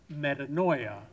metanoia